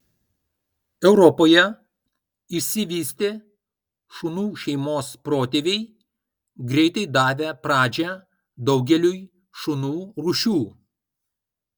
europoje išsivystė šunų šeimos protėviai greitai davę pradžią daugeliui šunų rūšių